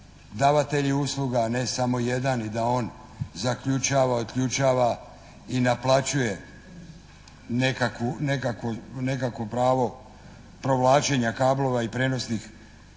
davatelji usluga, ne samo jedan i da on zaključava i otključava i naplaćuje nekakvo pravo provlačenja kablova i prijenosnih